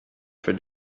for